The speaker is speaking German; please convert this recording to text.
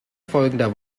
folgender